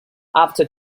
after